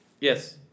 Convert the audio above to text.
Yes